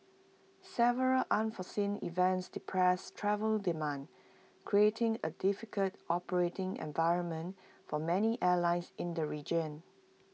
several unforeseen events depressed travel demand creating A difficult operating environment for many airlines in the region